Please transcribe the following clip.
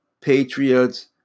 patriots